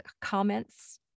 comments